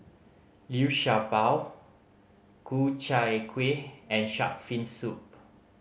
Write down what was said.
Liu Sha Bao Ku Chai Kuih and Shark's Fin Soup